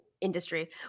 industry